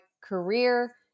career